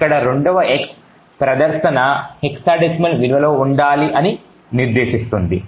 ఇక్కడ రెండవ x ప్రదర్శన hexadecinal విలువలలో ఉండాలి అని నిర్దేశిస్తుంది